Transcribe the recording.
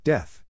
Death